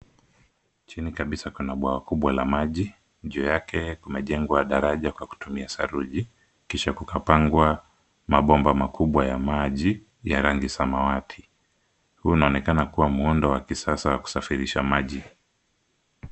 Chini kabisa kuna bwawa kubwa la maji, juu yake kumejengwa daraja kwa kutumia saruji, kisha kukapangwa mabomba makubwa ya maji ya rangi samawati. Huu unaonekana kuwa muundo wa kisasa wa kusafirisha maji.